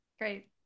Great